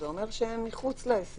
זה אומר שהם מחוץ להסדר,